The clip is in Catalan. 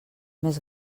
més